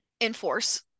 enforce